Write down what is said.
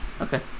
okay